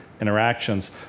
interactions